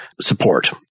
support